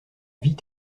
vit